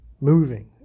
moving